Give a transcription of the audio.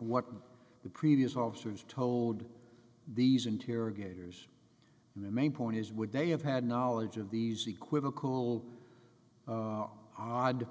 what the previous officers told these interrogators and the main point is would they have had knowledge of these equivocal odd